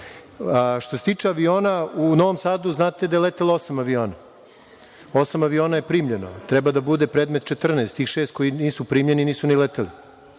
se tiče aviona, u Novom Sadu znate da je letelo osam aviona. Osam aviona je primljeno, treba da bude predmet 14, tih šest koji nisu primljeni nisu ni leteli.